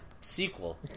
Sequel